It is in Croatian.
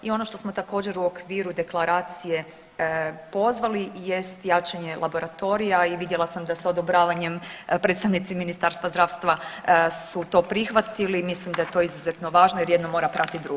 I ono što smo također u okviru deklaracije pozvali jest jačanje laboratorija i vidjela sam da su odobravanjem predstavnici Ministarstva zdravstva su to prihvatili i mislim da je to izuzetno važno jer jedno mora pratit drugo.